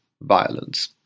violence